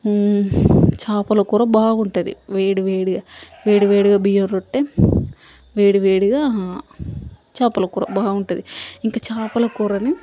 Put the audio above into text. చేపలకూర బాగుంటుంది వేడివేడిగా వేడివేడిగా బియ్యం రొట్టె వేడివేడిగా చేపల కూర బాగుంటుంది ఇంకా చేపల కూరని